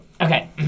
Okay